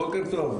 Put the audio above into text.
בוקר טוב.